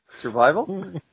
survival